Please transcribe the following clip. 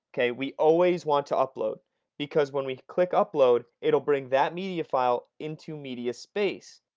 okay, we always want to upload because when we click upload, it will bring that media file into media space.